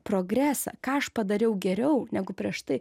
progresą ką aš padariau geriau negu prieš tai